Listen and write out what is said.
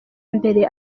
mbere